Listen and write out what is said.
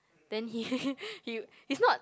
then he he he's not